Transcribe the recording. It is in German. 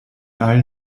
allen